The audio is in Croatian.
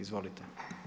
Izvolite.